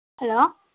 hello